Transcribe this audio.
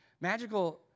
Magical